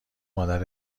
مادر